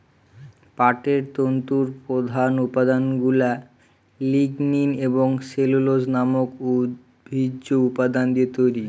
পাটের তন্তুর প্রধান উপাদানগুলা লিগনিন এবং সেলুলোজ নামক উদ্ভিজ্জ উপাদান দিয়ে তৈরি